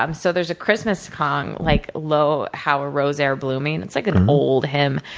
um so, there's a christmas song, like lo, how a rose e'er blooming, it's like an old hymn.